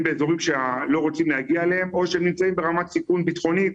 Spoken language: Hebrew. באזורים שלא רוצים להגיע אליהם או שהם נמצאים ברמת סיכון ביטחוני,